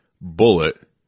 bullet